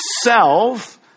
self